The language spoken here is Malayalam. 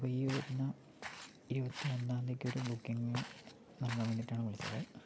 അപ്പോൾ ഈ വരുന്ന ഇരുപത്തിയൊന്നാം തീയതിക്കൊരു ബുക്കിംഗ് നൽകാൻ വേണ്ടിയിട്ടാണ് വിളിച്ചത്